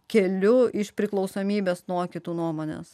keliu iš priklausomybės nuo kitų nuomonės